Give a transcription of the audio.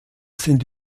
sind